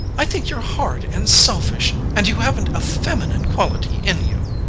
i think you're hard and selfish, and you haven't a feminine quality in you.